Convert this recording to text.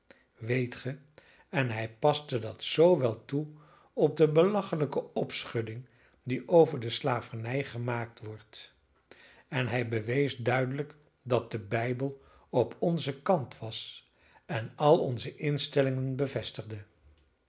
ge en hij paste dat zoo wèl toe op de belachelijke opschudding die over de slavernij gemaakt wordt en hij bewees duidelijk dat de bijbel op onzen kant was en al onze instellingen bevestigde